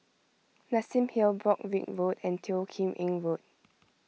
Nassim Hill Broadrick Road and Teo Kim Eng Road